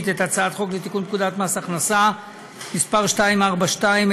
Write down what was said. את הצעת חוק לתיקון פקודת מס הכנסה (מס' 242),